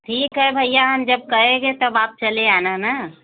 ठीक है भइया हम जब कहेंगे तब आप चले आना ना